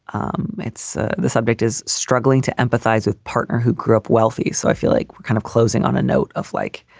um it's the subject is struggling to empathize with partner who grew up wealthy. so i feel like we're kind of closing on a note of like